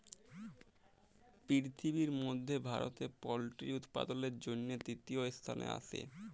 পিরথিবির মধ্যে ভারতে পল্ট্রি উপাদালের জনহে তৃতীয় স্থালে আসে